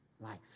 life